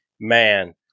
Man